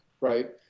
right